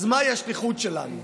אז מהי השליחות שלנו?